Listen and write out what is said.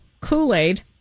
Kool-Aid